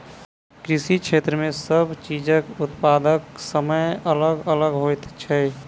कृषि क्षेत्र मे सब चीजक उत्पादनक समय अलग अलग होइत छै